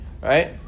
right